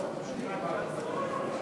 נתקבל.